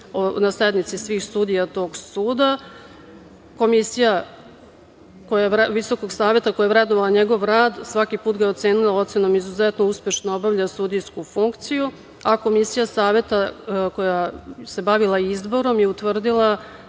na sednici svih sudija tog suda. Komisija Visokog saveta koja je vrednovala njegov rad svaki put ga je ocenila ocenom – izuzetno uspešno obavlja sudijsku funkciju. Komisija Saveta koja se bavila izborom je utvrdila